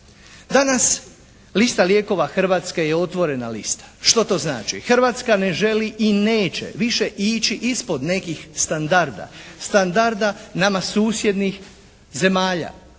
Danas lista lijekova Hrvatske je otvorena lista. Što to znači? Hrvatska ne želi i neće više ići ispod nekih standarda. Standarda nama susjednih zemalja